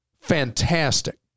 fantastic